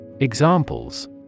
Examples